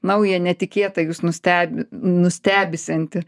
naują netikėtą jūs nusteb nustebisiantį